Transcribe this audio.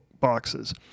boxes